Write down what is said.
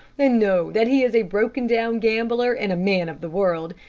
and know that he is a broken-down gambler and man of the world,